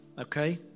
Okay